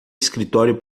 escritório